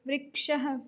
वृक्षः